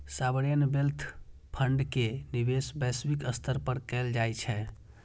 sovereign wealth fund के निवेश वैश्विक स्तर पर कैल जाइ छै